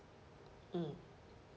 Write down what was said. mm